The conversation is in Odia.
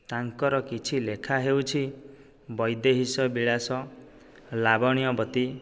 ତାଙ୍କର କିଛି ଲେଖା ହେଉଛି ବୈଦେହୀଶ ବିଳାସ ଲାବଣ୍ୟବତୀ